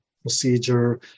procedure